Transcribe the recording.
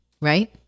Right